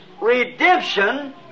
redemption